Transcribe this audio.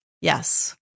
yes